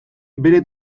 bere